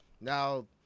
now